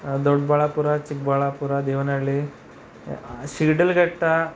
Doddaballapura Chikkaballapura Devanahalli Sidlaghatta